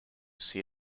see